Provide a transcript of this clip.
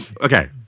okay